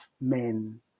men